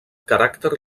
caràcter